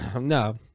No